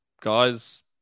Guys